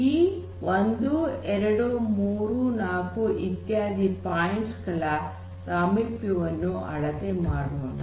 ಈ ೧೨೩೪ ಇತ್ಯಾದಿ ಪಾಯಿಂಟ್ಸ್ ಗಳ ಸಾಮಿಪ್ಯ ವನ್ನು ಅಳತೆ ಮಾಡೋಣ